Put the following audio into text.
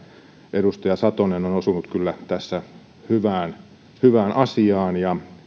edustaja satonen on osunut kyllä tässä hyvään hyvään asiaan ja